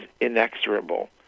inexorable